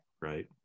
right